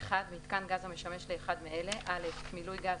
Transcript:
מיתקן גז המשמש לאחד מאלה: מילוי גז,